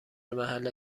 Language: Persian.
محل